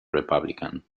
republican